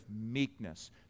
meekness